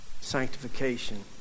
Sanctification